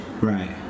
right